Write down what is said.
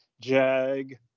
Jag